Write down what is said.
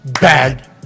bad